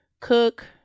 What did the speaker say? cook